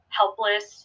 helpless